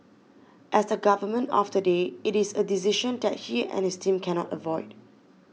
as the Government of the day it is a decision that he and his team cannot avoid